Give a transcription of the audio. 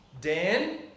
Dan